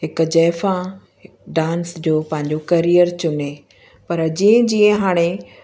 हिक जाइफ़ा डांस जो पंहिंजो करियर चुने पर जीअं जीअं हाणे